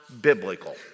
biblical